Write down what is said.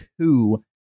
two